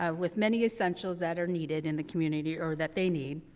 um with many essentials that are needed in the community or that they need.